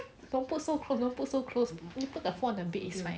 don't put so close don't put so close put the phone on the bed